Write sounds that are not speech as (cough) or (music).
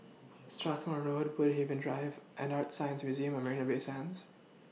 Strathmore Road Woodhaven Drive and ArtScience Museum At Marina Bay Sands (noise)